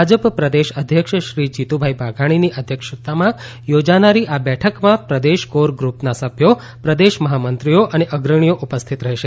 ભાજપ પ્રદેશ અધ્યક્ષ શ્રી જીતુભાઇ વાઘાણીની અધ્યક્ષતામાં યોજાનારી આ બેઠકમાં પ્રદેશ કોર ગ્રુપના સભ્યો પ્રદેશ મહામંત્રીઓ અને અગ્રણીઓ ઉપસ્થિત રહેશે